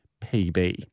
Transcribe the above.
PB